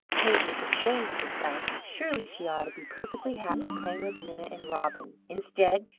peggy is ashamed of herself surely she ought to be perfectly happy playing with minna and robin. instead,